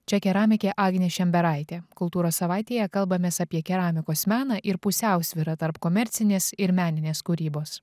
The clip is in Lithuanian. čia keramikė agnė šemberaitė kultūros savaitėje kalbamės apie keramikos meną ir pusiausvyrą tarp komercinės ir meninės kūrybos